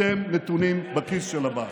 אתם נתונים בכיס של עבאס.